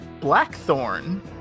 Blackthorn